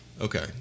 okay